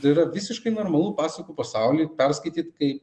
tai yra visiškai normalu pasakų pasaulį perskaityt kai